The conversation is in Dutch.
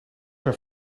ben